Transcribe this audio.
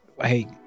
hey